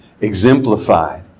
exemplified